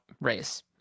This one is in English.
race